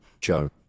Joe